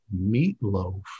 meatloaf